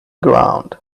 ground